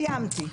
סיימתי.